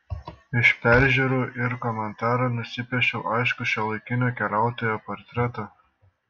iš peržiūrų ir komentarų nusipiešiau aiškų šiuolaikinio keliautojo portretą